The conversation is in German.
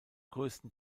größten